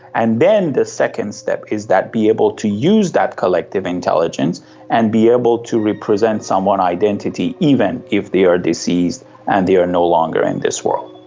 and then the second step is be able to use that collective intelligence and be able to represent someone's identity even if they are deceased and they are no longer in this world.